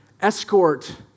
escort